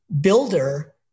builder